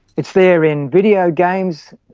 it's there in video games.